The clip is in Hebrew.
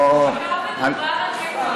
או, בעיקר מדובר על קייטרינג גדול,